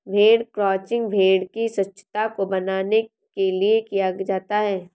भेड़ क्रंचिंग भेड़ की स्वच्छता को बनाने के लिए किया जाता है